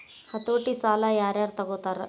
ಹತೋಟಿ ಸಾಲಾ ಯಾರ್ ಯಾರ್ ತಗೊತಾರ?